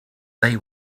they